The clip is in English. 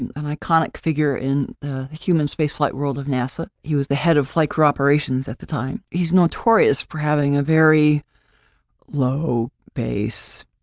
and an iconic figure in the human spaceflight world of nasa. he was the head of flight crew operations at the time. he's notorious for having a very low base,